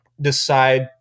decide